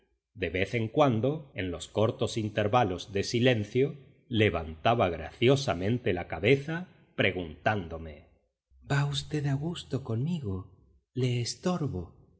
de vez en cuando en los cortos intervalos de silencio levantaba graciosamente la cabeza preguntándome va v a gusto conmigo le estorbo